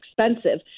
expensive